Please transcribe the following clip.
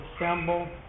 assemble